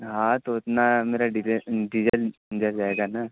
हाँ तो इतना मेरा डीज़ल लग जाएगा ना